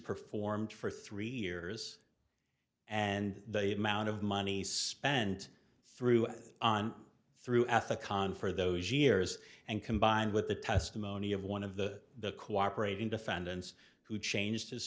performed for three years and the amount of money spent through on through ethicon for those years and combined with the testimony of one of the cooperating defendants who changed his